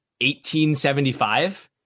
1875